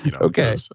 Okay